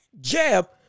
jab